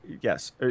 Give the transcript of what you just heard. yes